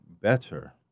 better